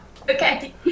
Okay